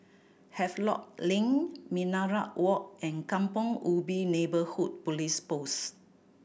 Havelock Link Minaret Walk and Kampong Ubi Neighbourhood Police Post